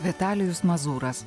vitalijus mazūras